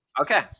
Okay